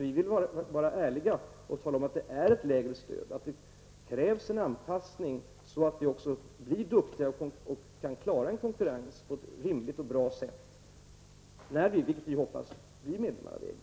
Vi vill vara ärliga och tala om att det är fråga om ett lägre stöd och att det krävs en anpassning, så att vi blir duktiga och kan klara en konkurrens på ett rimligt och bra sätt när Sverige, som vi hoppas, blir medlem i EG.